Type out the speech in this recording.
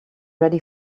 ready